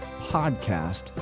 podcast